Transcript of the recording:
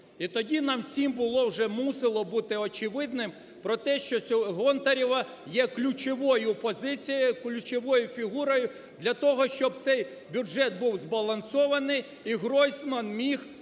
І тоді нам всім було вже, мусило бути, очевидним про те, що Гонтарева є ключовою позицією, ключовою фігурою для того, щоб цей бюджет був збалансований і Гройсман міг